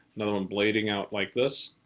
another one blading out like this.